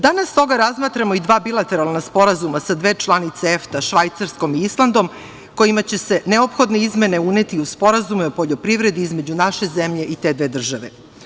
Danas stoga razmatramo i dva bilateralna sporazuma sa dve članice EFTA, Švajcarskom i Islandom, kojima će se neophodne izmene uneti u sporazume o poljoprivredi između naše zemlje i te dve države.